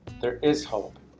there is hope.